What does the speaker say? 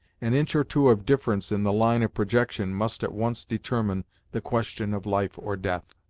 an inch or two of difference in the line of projection must at once determine the question of life or death.